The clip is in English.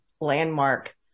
Landmark